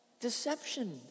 Deception